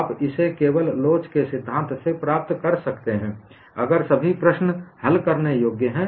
आप इसे केवल लोच के सिद्धांत से प्राप्त कर सकते हैं अगर सभी प्रश्न हल करने योग्य हैं